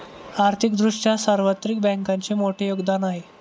आर्थिक दृष्ट्या सार्वत्रिक बँकांचे मोठे योगदान आहे